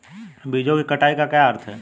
बीजों की कटाई का क्या अर्थ है?